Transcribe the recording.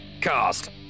Cast